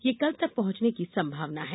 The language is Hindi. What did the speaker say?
ये कल तक पहॅचने की संभावना है